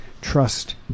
Trust